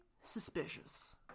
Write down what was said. suspicious